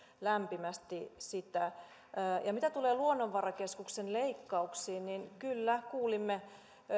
lämpimästi sitä mitä tulee luonnonvarakeskuksen leikkauksiin niin kyllä kuulimme